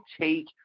take